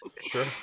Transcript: Sure